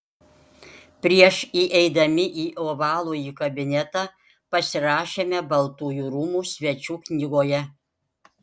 prieš įeidami į ovalųjį kabinetą pasirašėme baltųjų rūmų svečių knygoje